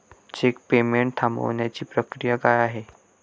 Check payment थांबवण्याची प्रक्रिया काय आहे?